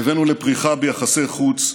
הבאנו לפריחה ביחסי חוץ,